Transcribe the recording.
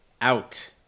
out